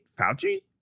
Fauci